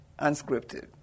unscripted